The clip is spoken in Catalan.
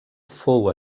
fou